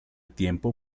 tiempo